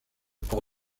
pour